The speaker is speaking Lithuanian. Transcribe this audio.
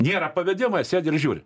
nėra pavedima sėdi ir žiūri